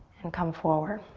and come forward